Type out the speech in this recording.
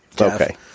Okay